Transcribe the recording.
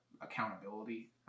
accountability